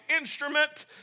instrument